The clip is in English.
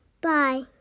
Bye